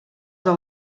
del